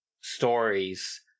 stories